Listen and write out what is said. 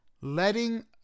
Letting